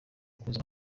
kuza